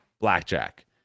Blackjack